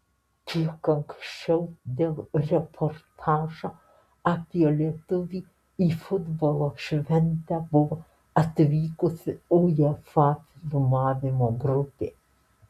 kiek anksčiau dėl reportažo apie lietuvį į futbolo šventę buvo atvykusi uefa filmavimo grupė